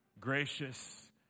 gracious